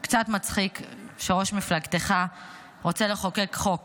קצת מצחיק שראש מפלגתך רוצה לחוקק חוק